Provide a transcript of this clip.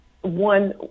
one